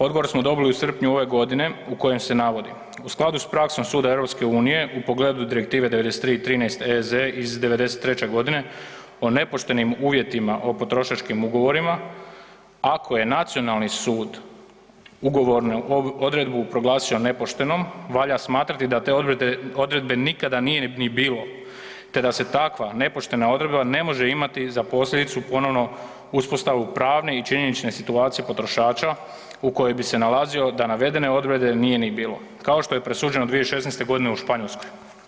Odgovor smo dobili u srpnju ove godine u kojem se navodi u skladu sa praksom suda EU-a u pogledu Direktive 93/13 EZ iz '93. g. o nepoštenim uvjetima o potrošačkim ugovorima, ako je nacionalni sud ugovornu odredbu proglasio nepoštenom, valja smatrati da te odredbe nikada nije ni bilo te da se takva nepoštena odredba ne može imati za posljedicu ponovno uspostavu pravne i činjenične situacije potrošača u kojoj bi se nalazilo da navedene odredbe nije ni bilo, kao što je presuđeno 2016.g. u Španjolskoj.